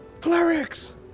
Clerics